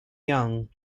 young